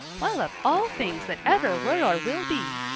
well, of all things that ever were or will be!